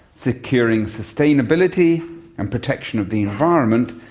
securing sustainability and protection of the environment,